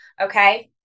Okay